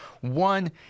One